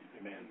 Amen